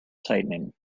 tightening